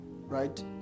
Right